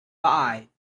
five